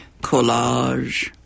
collage